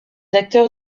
acteurs